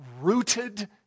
rooted